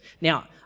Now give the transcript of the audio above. now